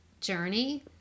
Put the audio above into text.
journey